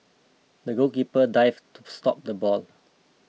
the goalkeeper dived to stop the ball